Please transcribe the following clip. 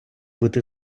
бути